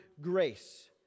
grace